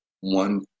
one